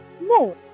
No